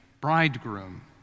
bridegroom